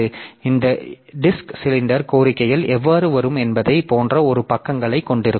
எனவே இந்த disk cylinder கோரிக்கைகள் எவ்வாறு வரும் என்பதைப் போன்ற ஒரு பங்கைக் கொண்டிருக்கும்